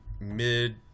mid